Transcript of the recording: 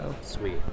Sweet